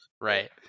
Right